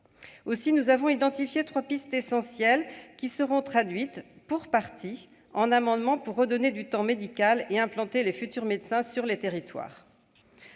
Aussi avons-nous identifié trois pistes essentielles qui seront traduites, pour partie, en amendements visant à regagner du temps médical et à implanter les futurs médecins sur les territoires.